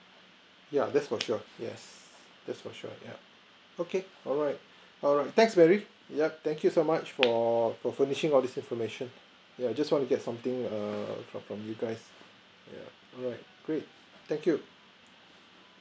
yeah that's for sure yes that's for sure yup okay alright alright thanks mary yup thank you so much for for furnishing all these information yeah just wanna get something err from from you guys yeah alright great thank you